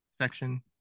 section